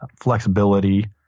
flexibility